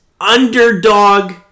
underdog